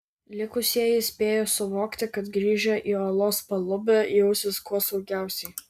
likusieji spėjo suvokti kad grįžę į olos palubę jausis kuo saugiausiai